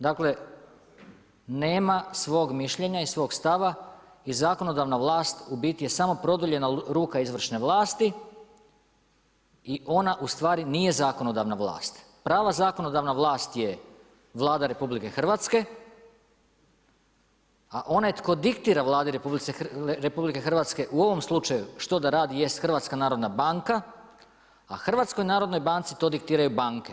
Dakle nema svog mišljenja i svog stava i zakonodavna vlast u biti je samo produljena ruka izvršne vlasti i ona ustvari nije zakonodavna vlast, prava zakonodavna vlast je Vlada RH a onaj tko diktira Vladi RH u ovom slučaju što da radi je HNB a HNB-u to diktiraju banke.